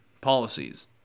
policies